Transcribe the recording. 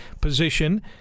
position